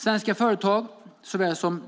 Svenska företag såväl som